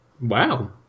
Wow